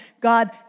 God